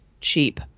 cheap